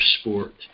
sport